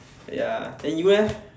ya then you eh